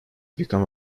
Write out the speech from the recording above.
become